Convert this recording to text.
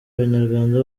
abanyarwanda